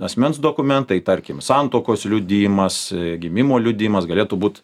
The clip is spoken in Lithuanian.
asmens dokumentai tarkim santuokos liudijimas gimimo liudijimas galėtų būt